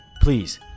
please